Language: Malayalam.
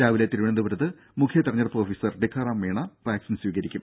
രാവിലെ തിരുവനന്തപുരത്ത് മുഖ്യ തെരഞ്ഞെടുപ്പ് ഓഫീസർ ഠിക്കാറാം മീണ വാക്സിൻ സ്വീകരിക്കും